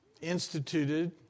instituted